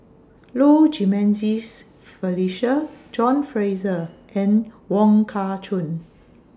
Low Jimenez Felicia John Fraser and Wong Kah Chun